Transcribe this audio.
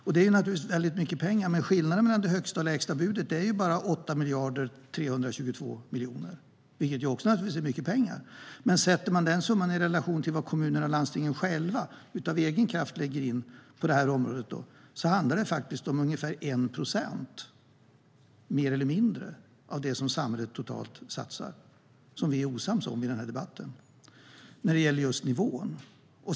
Visst är det mycket pengar, men skillnaden mellan det högsta och lägsta budet är bara 8,322 miljarder, vilket naturligtvis också är mycket pengar. Men sätter man den summan i relation till vad kommunerna och landstingen själva, av egen kraft, lägger ned på området så handlar det om mer eller mindre ca 1 procent av samhällets totala satsningar som vi är osams om i den här debatten när det gäller nivån.